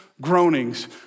groanings